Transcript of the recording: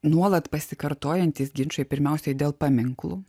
nuolat pasikartojantys ginčai pirmiausiai dėl paminklų